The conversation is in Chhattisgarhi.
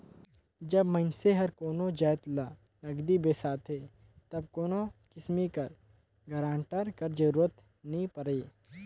जब मइनसे हर कोनो जाएत ल नगदी बेसाथे तब कोनो किसिम कर गारंटर कर जरूरत नी परे